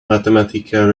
mathematical